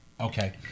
okay